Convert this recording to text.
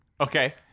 Okay